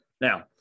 Now